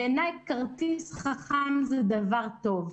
בעיניי כרטיס חכם הוא דבר טוב,